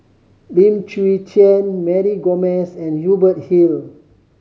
Lim Chwee Chian Mary Gomes and Hubert Hill